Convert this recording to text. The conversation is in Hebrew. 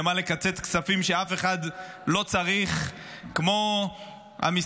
למה לקצץ כספים שאף אחד לא צריך, כמו המשרד